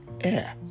air